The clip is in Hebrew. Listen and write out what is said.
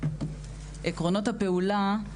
עקרונות הפעולה).